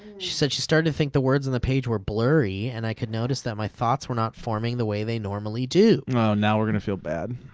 she said she started to think the words on the page were blurry, and i could notice that my thoughts were not forming the way they normally do. oh now we're gonna feel bad.